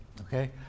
okay